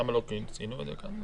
למה לא ציינו את זה כאן?